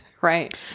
Right